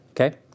okay